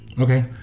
Okay